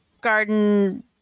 garden